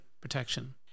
protection